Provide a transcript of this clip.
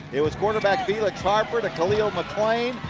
it was quarterback felix harper to khalil mcclain.